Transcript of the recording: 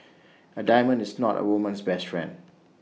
A diamond is not A woman's best friend